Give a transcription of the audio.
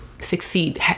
Succeed